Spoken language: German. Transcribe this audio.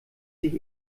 sich